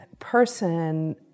person